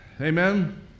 Amen